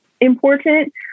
important